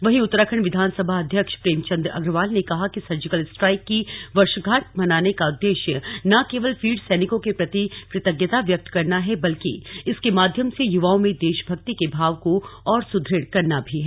वहीं उत्तराखंड विधानसभा अध्यक्ष प्रेमचंद अग्रवाल ने कहा कि सर्जिकल स्ट्राइक की वर्षगांठ मनाने का उद्देश्य न केवल वीर सैनिकों के प्रति कृतज्ञता व्यक्त करना है बल्कि इसके माध्यम से युवाओं में देशभक्ति के भाव को और सुदृढ़ करना भी है